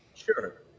Sure